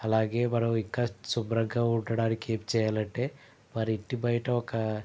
అలాగే మనం ఇంకా శుభ్రంగా ఉండడానికి ఏమి చేయాలంటే మన ఇంటి బయట ఒక